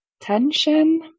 tension